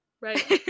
Right